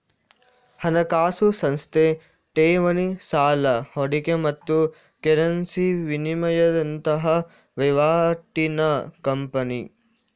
ಹಣಕಾಸು ಸಂಸ್ಥೆ ಠೇವಣಿ, ಸಾಲ, ಹೂಡಿಕೆ ಮತ್ತು ಕರೆನ್ಸಿ ವಿನಿಮಯದಂತಹ ವೈವಾಟಿನ ಕಂಪನಿ